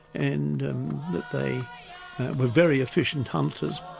and they were very efficient hunters.